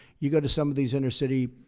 you go to some of these inner city